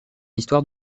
histoire